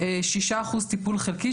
6% טיפול חלקי.